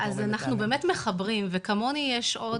אז אנחנו באמת מחברים וכמוני יש עוד